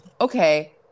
Okay